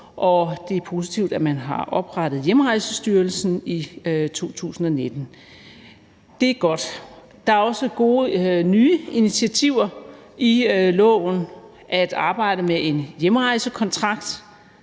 det er positivt, at man har oprettet Hjemrejsestyrelsen i 2019. Det er godt. Der er også gode nye initiativer i lovforslaget. At arbejde med en hjemrejsekontrakt